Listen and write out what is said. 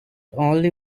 only